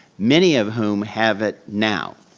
many of whom have it now.